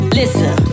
listen